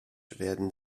werden